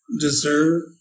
deserve